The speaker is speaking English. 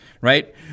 right